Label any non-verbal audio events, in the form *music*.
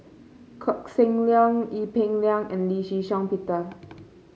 Koh Seng Leong Ee Peng Liang and Lee Shih Shiong Peter *noise*